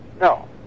No